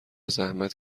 زحمت